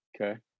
Okay